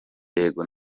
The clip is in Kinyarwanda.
ego